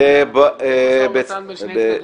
--- משא ומתן בין שני צדדים.